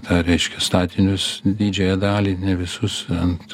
tą reiškia statinius didžiąją dalį ne visus ant